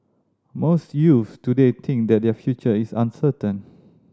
most youth today think that their future is uncertain